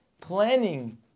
planning